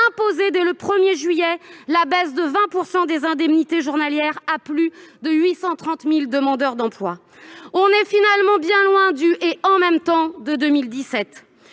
imposer dès le 1 juillet prochain une baisse de 20 % des indemnités journalières à plus de 830 000 demandeurs d'emploi. On est finalement bien loin du « en même temps » de 2017